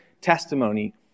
testimony